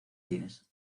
cines